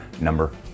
number